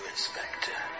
Inspector